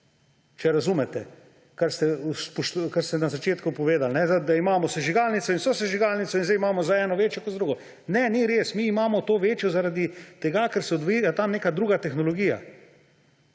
Če razumete, kar ste na začetku povedali, da imamo sežigalnico in sosežigalnico in zdaj imamo za eno večjo kot za drugo. Ne, ni res. Mi imamo to večjo zaradi tega, ker se odvija tam neka druga tehnologija,